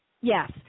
Yes